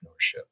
entrepreneurship